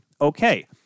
Okay